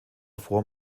vor